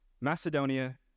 Macedonia